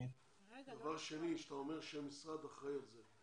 דבר שני, כשאתה אומר שהמשרד אחראי על זה,